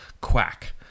quack